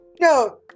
No